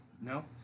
No